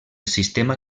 sistema